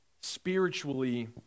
spiritually